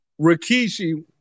Rikishi